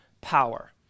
power